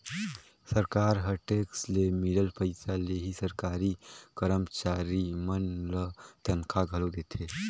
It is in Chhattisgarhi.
सरकार ह टेक्स ले मिलल पइसा ले ही सरकारी करमचारी मन ल तनखा घलो देथे